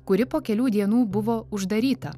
kuri po kelių dienų buvo uždaryta